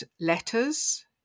letters